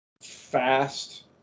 fast